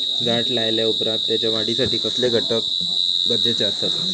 झाड लायल्या ओप्रात त्याच्या वाढीसाठी कसले घटक गरजेचे असत?